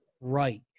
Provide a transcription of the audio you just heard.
right